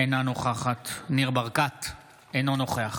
אינה נוכחת ניר ברקת, אינו נוכח